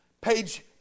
Page